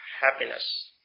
happiness